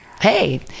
hey